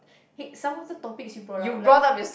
hey some of the topics you brought up like